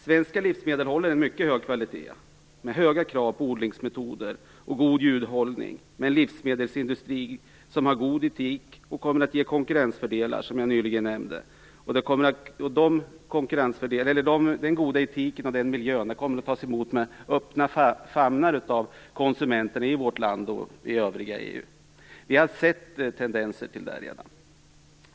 Svenska livsmedel håller en mycket hög kvalitet tack vare höga krav på odlingsmetoder och god djurhållning och tack vare en livsmedelsindustri som har god etik. Detta kommer att ge konkurrensfördelar, som jag nyligen nämnde. Den goda etiken och miljön kommer att tas emot med öppen famn av konsumenter i vårt land och i övriga EU. Vi har sett tendenser till detta redan.